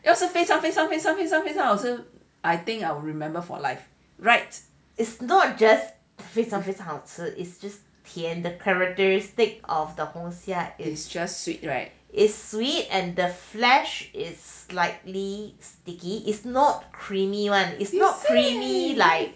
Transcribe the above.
is just 非常非常好吃 the characteristic of the 红霞 is sweet and the flesh is slightly sticky is not creamy [one] is not creamy like